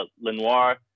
Lenoir